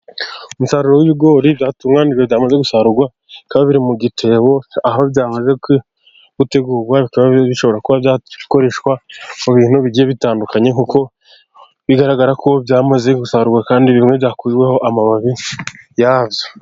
Umusaruro w'ibigori byatunganyijwe byamaze gusarurwa bikaba biri mu gitebo, aho byamaze gutegurwa bikaba bishobora kuba byakoreshwa mu bintu bigiye bitandukanye ,kuko bigaragarako byamaze gusarurwa kandi bimwe byakuweho amababi yabyo.